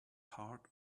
part